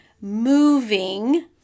moving